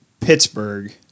Pittsburgh